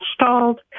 installed